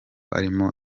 arimo